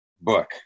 book